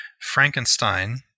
Frankenstein